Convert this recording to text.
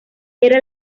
era